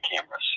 cameras